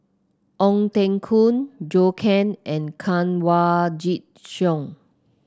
Ong Teng Koon Zhou Can and Kanwaljit Soin